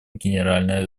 генеральной